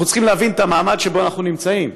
אנחנו צריכים להבין את המעמד שבו אנחנו נמצאים: